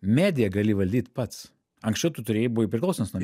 mediją gali valdyt pats anksčiau tu turėjai buvai priklausomas nuo